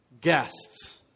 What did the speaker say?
guests